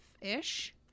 ish